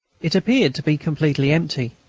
it appeared to be completely empty,